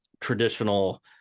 traditional